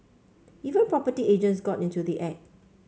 even property agents got into the act